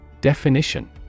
Definition